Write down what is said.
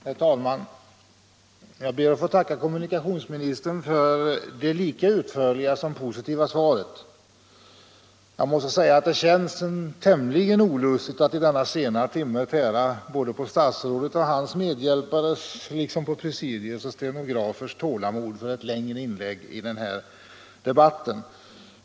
Herr talman! Jag ber att få tacka kommunikationsministern för det lika utförliga som positiva svaret. Jag måste säga att det känns tämligen olustigt att vid denna sena timme tära på statsrådets och hans medhjälpares liksom på presidiets och stenografers tålamod för ett längre inlägg i debatten.